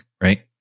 right